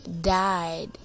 died